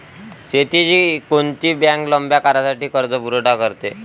शेतीले कोनची बँक लंब्या काळासाठी कर्जपुरवठा करते?